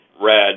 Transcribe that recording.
red